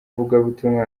ivugabutumwa